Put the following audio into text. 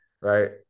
right